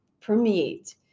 permeate